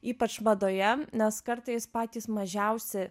ypač madoje nes kartais patys mažiausi